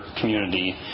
community